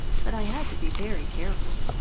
but i had to be very careful.